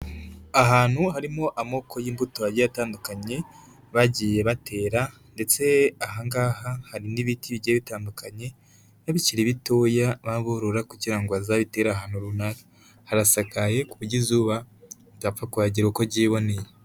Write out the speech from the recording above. Ahantu harimo amoko y'imbuto agiye atandukanye bagiye batera ndetse aha ngaha hari n'ibiti bigiye bitandukanye n'ibikiri bitoya baba borora kugira ngo bazabitere ahantu runaka, harasakaye ku buryo izuba ritapfa kuhagera uko ryiboneye.